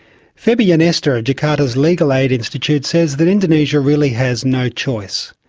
febiionesta at jakarta's legal aid institute says that indonesia really has no choice.